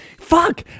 fuck